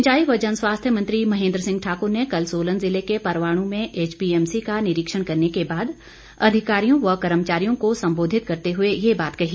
सिंचाई व जनस्वास्थ्य मंत्री महेंद्र सिंह ठाकुर ने कल सोलन जिले के परवाणू में एचपीएमसी का निरीक्षण करने के बाद अधिकारियों व कर्मचारियों को संबोधित करते हुए ये बात कही